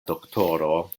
doktoro